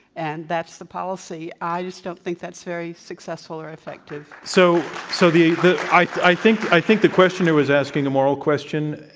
and that's the policy. i just don't think that's very successful or effective. so so the the i think the i think the questioner was asking a moral question,